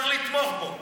צריך לתמוך בו.